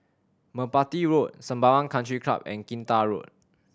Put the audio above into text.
Merpati Road Sembawang Country Club and Kinta Road